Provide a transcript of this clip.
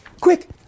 quick